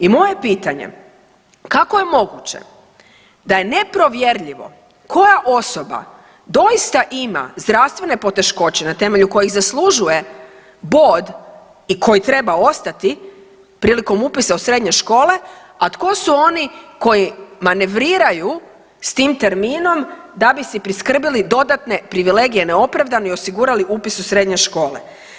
I moje je pitanje kako je moguće da je ne provjerljivo koja doista ima zdravstvene poteškoće na temelju kojih zaslužuje bod i koji treba ostati prilikom upisa u srednje škole, a tko su oni koji manevriraju s tim terminom da bi si priskrbili dodatne privilegije neopravdano i osigurali upis u srednje škole.